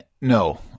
no